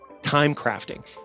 timecrafting